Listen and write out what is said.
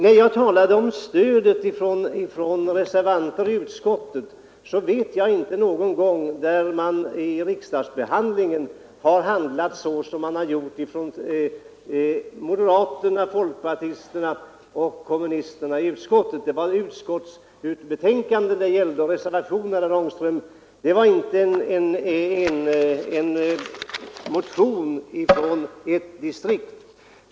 När det gäller stödet från reservanter i utskottet så vet jag inte något tillfälle då man i riksdagsbehandlingen har agerat så som man här gjort från moderaterna, folkpartisterna och kommunisterna i utskottet. Det var utskottsbetänkandet och reservationen det gällde, herr Ångström, det var inte en motion från ett distrikt.